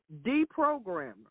deprogrammer